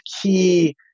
key